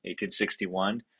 1861